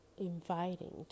inviting